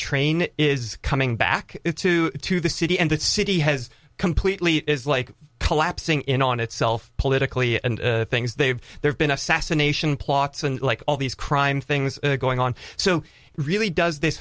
train is coming back to the city and that city has completely is like collapsing in on itself politically and things they've they've been assassination plots and like all these crime things going on so really does th